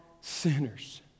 sinners